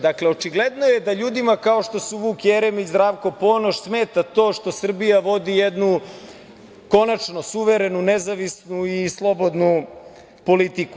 Dakle, očigledno je da ljudima kao što su Vuk Jeremić i Zdravko Ponoš smeta to što Srbija vodi jednu konačno suverenu, nezavisnu i slobodnu politiku.